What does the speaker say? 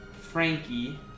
Frankie